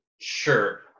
sure